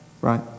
Right